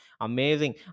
Amazing